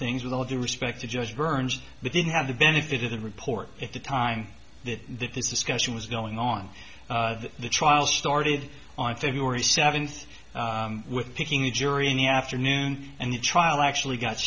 things with all due respect to judge burns we didn't have the benefit of the report at the time that that this is sketchy was going on the trial started on february seventh with picking the jury in the afternoon and the trial actually got